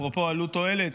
אפרופו עלות תועלת,